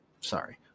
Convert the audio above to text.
Sorry